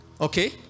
Okay